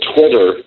Twitter